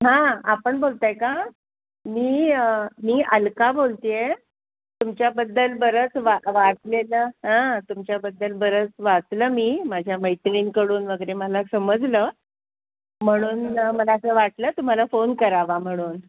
हां आपण बोलत आहे का मी मी अलका बोलते आहे तुमच्याबद्दल बरंच वा वाचलेलं तुमच्याबद्दल बरंच वाचलं मी माझ्या मैत्रिणींकडून वगैरे मला समजलं म्हणून मला असं वाटलं तुम्हाला फोन करावा म्हणून